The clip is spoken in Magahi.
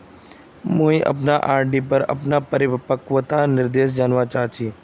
मुई अपना आर.डी पोर अपना परिपक्वता निर्देश जानवा चहची